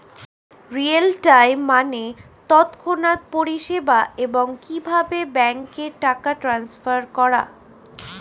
real time মানে তৎক্ষণাৎ পরিষেবা, এবং কিভাবে ব্যাংকে টাকা ট্রান্সফার করা